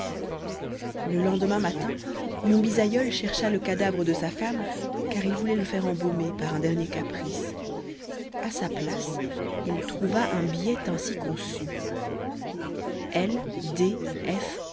le lendemain matin mon bisaïeul chercha le cadavre de sa femme car il voulait le faire embaumer par un dernier caprice à sa place il trouva un billet ainsi conçu l